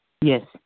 Yes